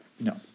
No